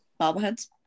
bobbleheads